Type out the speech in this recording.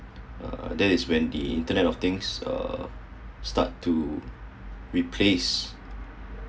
uh that is when the internet of things uh start to replace